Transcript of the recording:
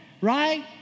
right